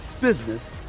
business